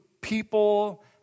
people